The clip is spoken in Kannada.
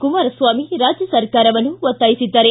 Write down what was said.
ಕುಮಾರಸ್ವಾಮಿ ರಾಜ್ಯ ಸರ್ಕಾರವನ್ನು ಒತ್ತಾಯಿಸಿದ್ದಾರೆ